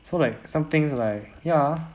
so like somethings like ya